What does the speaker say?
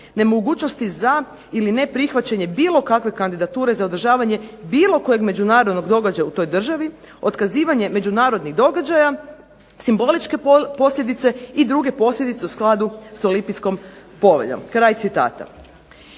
nemogućnosti za ili neprihvaćanje bilo kakve kandidature za održavanje bilo kojeg međunarodnog događaja u toj državi, otkazivanje međunarodnih događaja, simboličke posljedice i druge posljedice u skladu s olimpijskom poveljom." O